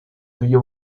you